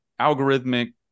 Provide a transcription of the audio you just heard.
algorithmic